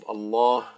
Allah